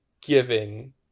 giving